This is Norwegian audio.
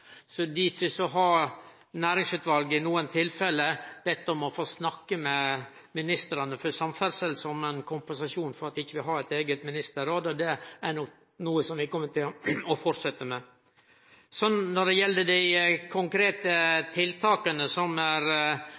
har næringsutvalet i nokre tilfelle bedt om å få snakke med ministrane for samferdsel som ein kompensasjon for at vi ikkje har eit eige ministerråd, og det er noko vi vil fortsetje med. Når det gjeld dei konkrete tiltaka som er